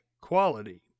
quality